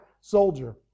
soldier